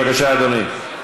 בבקשה, אדוני.